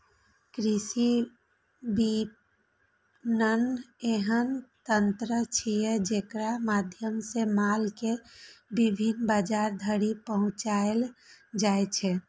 कृषि विपणन एहन तंत्र छियै, जेकरा माध्यम सं माल कें विभिन्न बाजार धरि पहुंचाएल जाइ छै